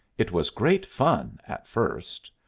it was great fun, at first.